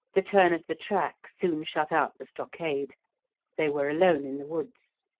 the turn of the track soon shut out the stockade they were alone in the woods.